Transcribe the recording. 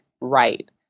right